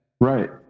Right